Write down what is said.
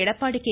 Edappadi K